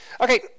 Okay